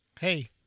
Hey